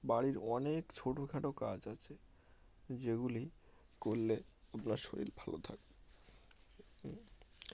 বাড়ির অনেক ছোটোখাটো কাজ আছে যেগুলি করলে আপনার শরীর ভালো থাকবে